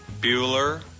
Bueller